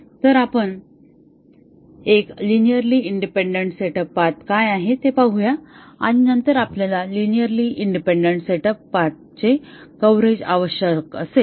तर आपण एक लिनिअरली इंडिपेंडन्ट सेटअप पाथ काय आहे ते पाहूया आणि नंतर आपल्याला या लिनिअरली इंडिपेंडन्ट सेटअप पाथ चे कव्हरेज आवश्यक असेल